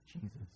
Jesus